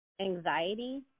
anxiety